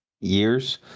years